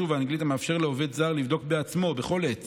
ובאנגלית המאפשר לעובד זר לבדוק בעצמו בכל עת